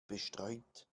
bestreut